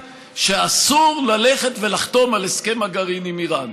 שאסור ללכת ולחתום על הסכם הגרעין עם איראן?